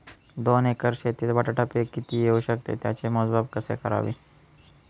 दोन एकर शेतीत बटाटा पीक किती येवू शकते? त्याचे मोजमाप कसे करावे?